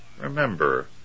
Remember